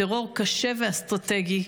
טרור קשה ואסטרטגי.